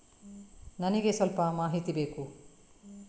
ನನಿಗೆ ಸ್ವಲ್ಪ ಮಾಹಿತಿ ಬೇಕು